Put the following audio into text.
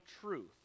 truth